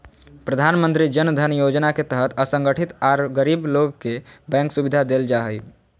प्रधानमंत्री जन धन योजना के तहत असंगठित आर गरीब लोग के बैंक सुविधा देल जा हई